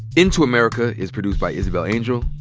into america is produced by isabel angel,